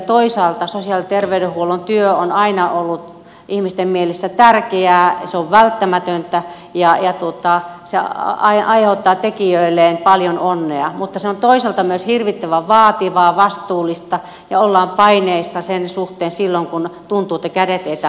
toisaalta sosiaali ja terveydenhuollon työ on aina ollut ihmisten mielissä tärkeää se on välttämätöntä ja se aiheuttaa tekijöilleen paljon onnea mutta se on toisaalta myös hirvittävän vaativaa vastuullista ja ollaan paineissa silloin kun tuntuu että kädet eivät tahdo riittää